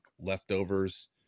leftovers